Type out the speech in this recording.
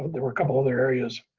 there were a couple other areas.